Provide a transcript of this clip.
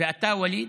ווליד,